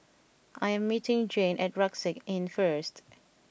I am meeting Jane at Rucksack Inn first